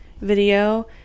video